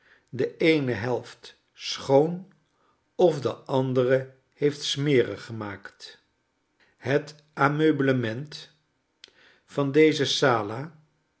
de eene helft schoon of de andere heeft smerig gemaakt het ameublement van deze sala